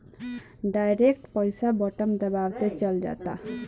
direct पईसा button दबावते चल जाता